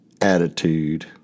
attitude